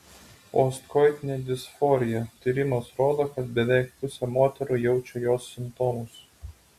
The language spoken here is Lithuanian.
postkoitinė disforija tyrimas rodo kad beveik pusė moterų jaučia jos simptomus